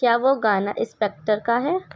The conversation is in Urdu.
کیا وہ گانا اسپیکٹر کا ہے